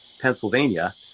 pennsylvania